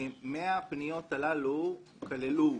100 הפניות הללו כללו